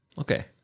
Okay